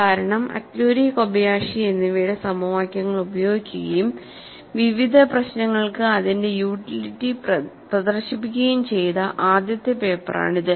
കാരണം അറ്റ്ലൂരി കോബയാഷി എന്നിവയുടെ സമവാക്യങ്ങൾ ഉപയോഗിക്കുകയും വിവിധ പ്രശ്നങ്ങൾക്ക് അതിന്റെ യൂട്ടിലിറ്റി പ്രദർശിപ്പിക്കുകയും ചെയ്ത ആദ്യത്തെ പേപ്പറാണിത്